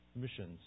missions